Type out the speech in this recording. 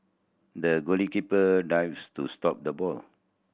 the goalkeeper dives to stop the ball